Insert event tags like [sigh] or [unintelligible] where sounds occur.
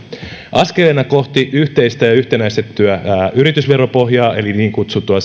askeleena kohti yhteistä ja yhtenäistettyä yritysveropohjaa eli niin kutsuttua [unintelligible]